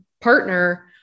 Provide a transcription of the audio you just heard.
partner